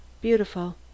beautiful